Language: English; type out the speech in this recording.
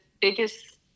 biggest